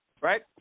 right